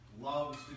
loves